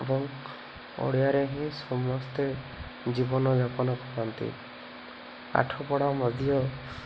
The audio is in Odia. ଏବଂ ଓଡ଼ିଆରେ ହିଁ ସମସ୍ତେ ଜୀବନଯାପନ କରନ୍ତି ପାଠପଢ଼ା ମଧ୍ୟ